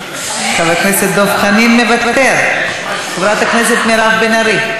ומשלם את מיסוי מס שבח ומס רכישה על-פי הדין הישראלי.